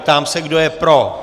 Ptám se, kdo je pro.